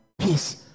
peace